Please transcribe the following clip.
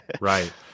right